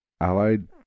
Allied